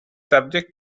subject